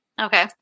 Okay